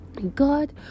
god